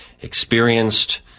Experienced